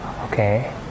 Okay